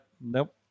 Nope